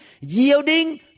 yielding